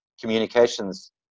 communications